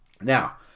Now